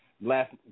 last